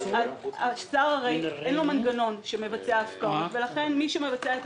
לשר הרי אין מנגנון שמבצע הפקעות ולכן מי שמבצע את